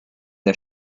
der